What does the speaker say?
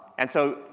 and so,